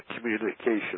Communication